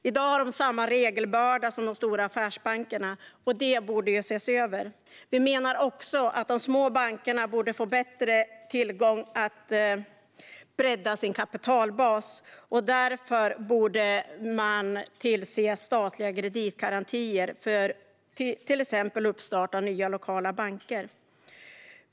I dag har de samma regelbörda som de stora affärsbankerna. Detta borde ses över. Vi menar också att de små bankerna borde få bättre möjlighet att bredda sin kapitalbas. Därför borde man tillse statliga kreditgarantier för till exempel uppstart av nya lokala banker.